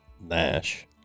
Nash